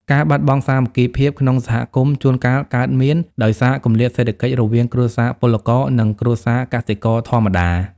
ការបាត់បង់សាមគ្គីភាពក្នុងសហគមន៍ជួនកាលកើតមាន ដោយសារគម្លាតសេដ្ឋកិច្ចរវាងគ្រួសារពលករ និងគ្រួសារកសិករធម្មតា។